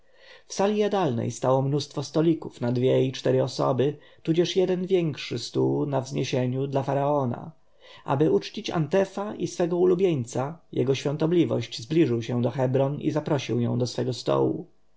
sali jadalnej stało mnóstwo stolików na dwie i cztery osoby tudzież jeden większy stół na wzniesieniu dla faraona aby uczcić antefa i swego ulubieńca jego świątobliwość zbliżył się do hebron i zaprosił ją do swego stołu